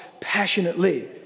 passionately